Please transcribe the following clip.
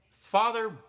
Father